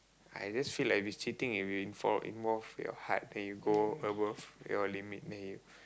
I just feel like if it's cheating if you inv~ involve your heart then you go above your limit then you